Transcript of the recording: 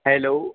hello